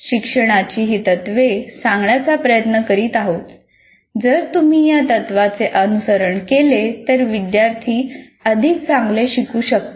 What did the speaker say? शिक्षणाची ही तत्त्वे सांगण्याचा प्रयत्न करीत आहेत 'जर तुम्ही या तत्त्वांचे अनुसरण केले तर विद्यार्थी अधिक चांगले शिकू शकतात